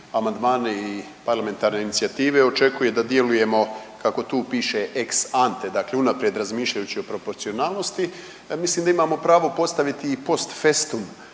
amandmane i parlamentarne inicijative očekuje da djelujemo kako tu piše ex ante, dakle unaprijed razmišljajući o proporcionalnosti. Ja mislim da imamo pravo postaviti i post festum